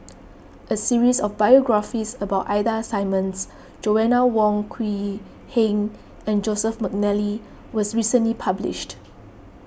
a series of biographies about Ida Simmons Joanna Wong Quee Heng and Joseph McNally was recently published